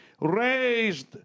raised